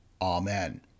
Amen